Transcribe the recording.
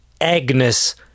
Agnes